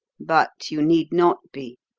but you need not be.